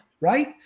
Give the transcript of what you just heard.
right